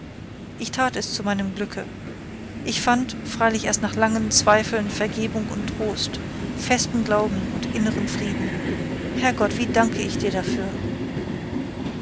ich tat es zu meinem glücke ich fand freilich erst nach langen zweifeln vergebung und trost festen glauben und inneren frieden herrgott wie danke ich dir dafür